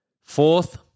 Fourth